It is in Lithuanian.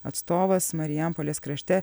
atstovas marijampolės krašte